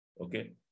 Okay